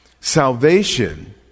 Salvation